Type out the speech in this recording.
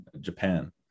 japan